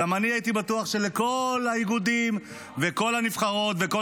גם אני הייתי בטוח שכל האיגודים וכל הנבחרות וכל